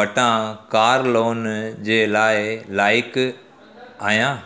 वटां car loan जे लाइ लाइक़ु आहियां